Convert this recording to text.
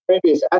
previous